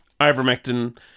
ivermectin